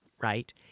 right